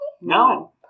No